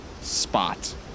spot